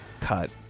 cut